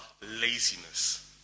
laziness